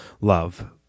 love